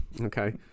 Okay